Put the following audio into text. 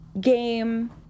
game